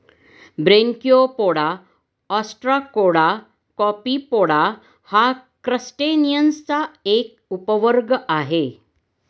Branchiopoda, Ostracoda, Copepoda हा क्रस्टेसिअन्सचा एक उपवर्ग आहे